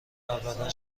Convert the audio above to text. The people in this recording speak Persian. ابدا